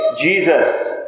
Jesus